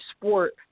sport